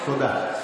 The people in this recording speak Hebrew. תודה.